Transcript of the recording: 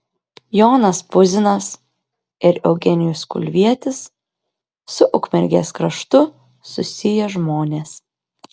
jonas puzinas ir eugenijus kulvietis su ukmergės kraštu susiję žmonės